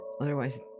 Otherwise